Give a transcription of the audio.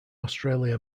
australia